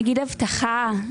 נגיד אבטחה,